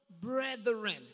brethren